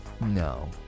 no